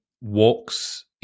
walks